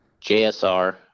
JSR